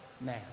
man